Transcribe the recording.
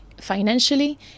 financially